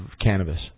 cannabis